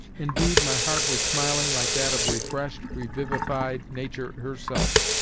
indeed, my heart was smiling like that of refreshed, revivified nature herself.